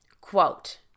Quote